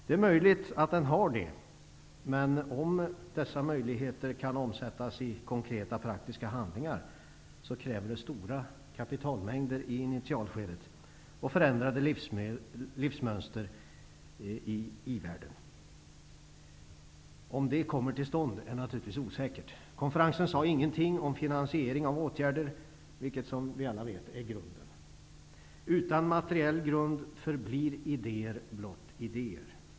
Det är möjligt att den har det, men om dessa möjligheter skall omsättas i konkreta praktiska handlingar, krävs det stora kapitalmängder i initialskedet och förändrade livsmönster i i-världen. Om det kommer till stånd är naturligtvis osäkert. Konferensen sade ingenting om finansiering av åtgärder, vilket -- som vi alla vet -- är grunden. Utan materiell grund förblir idéer blott idéer.